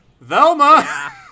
velma